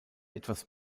etwas